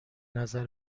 نظر